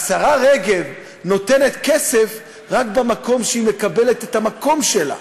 והשרה רגב נותנת כסף רק במקום שבו היא מקבלת את המקום שלה.